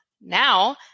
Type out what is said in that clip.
now